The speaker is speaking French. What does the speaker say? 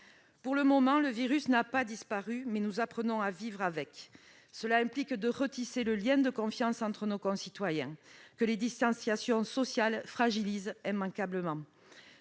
Pour le moment, le virus n'a pas disparu, mais nous apprenons à vivre avec lui. Cela implique de retisser le lien de confiance entre nos concitoyens, que les distanciations sociales fragilisent immanquablement.